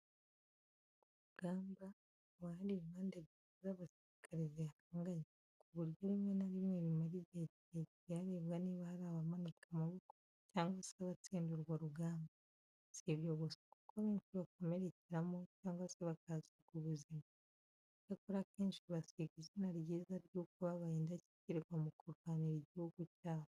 Ku rugamba, haba hari impande ebyiri z’abasirikare zihanganye, ku buryo rimwe na rimwe bimara igihe kirekire harebwa niba hari abamanika amaboko cyangwa se abatsinda urwo rugamba. Si ibyo gusa kuko benshi bakomerekeramo cyangwa se bakahasiga ubuzima. Icyakora, akenshi basiga izina ryiza ry'uko babaye indashyikirwa mu kurwanira igihugu cyabo.